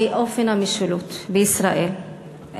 באופן המשילות בישראל,